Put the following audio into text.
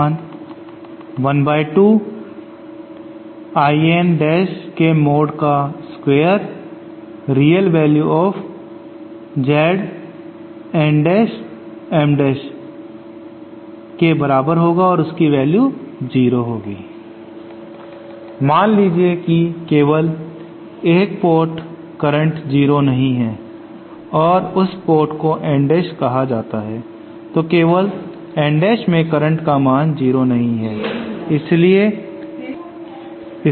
मान लीजिए कि केवल एक पोर्ट करंट 0 नहीं है और उस पोर्ट को N Dash कहा गया है तो केवल N Dash में करंट का मान 0 नहीं है